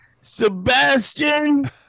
Sebastian